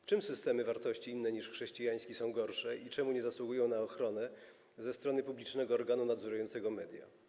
W czym systemy wartości inne niż chrześcijański są gorsze i czemu nie zasługują na ochronę ze strony publicznego organu nadzorującego media?